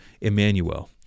Emmanuel